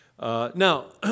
Now